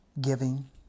giving